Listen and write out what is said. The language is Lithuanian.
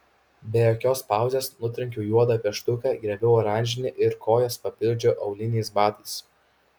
be jokios pauzės nutrenkiau juodą pieštuką griebiau oranžinį ir kojas papildžiau auliniais batais